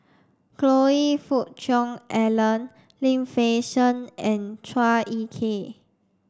Fook Cheong Alan Lim Fei Shen and Chua Ek Kay